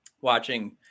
watching